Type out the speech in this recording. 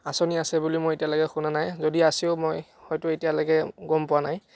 আঁচনি আছে বুলি মই এতিয়ালৈকে শুনা নাই যদি আছেও মই হয়তো এতিয়ালৈকে গম পোৱা নাই